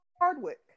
Hardwick